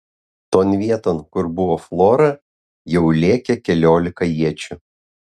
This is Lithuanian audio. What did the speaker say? ton vieton kur buvo flora jau lėkė keliolika iečių